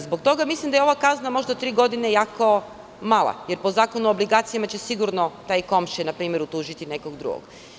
Zbog toga mislim da je ova kazna od tri godine jako mala, jer po Zakonu o obligacijama će sigurno taj komšija tužiti nekog drugog.